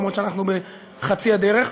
אף על פי שאנחנו בחצי הדרך.